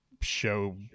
show